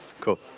Cool